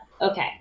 Okay